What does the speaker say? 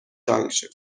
junction